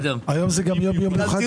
היום הוא גם יום המילואים.